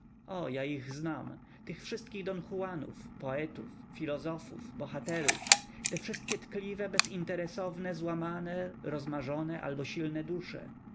o ja ich znam tych wszystkich don juanów poetów filozofów bohaterów te wszystkie tkliwe bezinteresowne złamane rozmarzone albo silne dusze